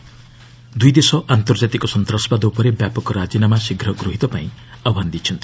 ଦୂଇଦେଶ ଆନ୍ତର୍ଜାତିକ ସନ୍ତାସବାଦ ଉପରେ ବ୍ୟାପକ ରାଜିନାମା ଶୀଘ୍ର ଗୃହୀତ ପାଇଁ ଆହ୍ବାନ ଦେଇଛନ୍ତି